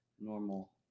normal